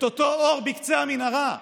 את אותו אור בקצה המנהרה,